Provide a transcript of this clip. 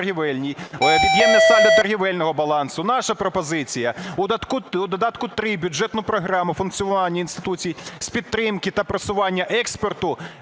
додатку 3 Бюджетну програму "Функціонування інституцій з підтримки та просування експорту"